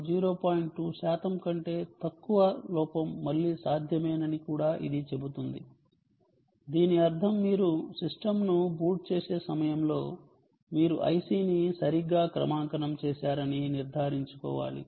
2 శాతం కంటే తక్కువ లోపం మళ్ళీ సాధ్యమేనని కూడా ఇది చెబుతుంది దీని అర్థం మీరు సిస్టమ్ను బూట్ చేసే సమయంలో మీరు IC ని సరిగ్గా క్రమాంకనం చేశారని నిర్ధారించుకోవాలి